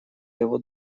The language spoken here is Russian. его